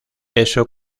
eso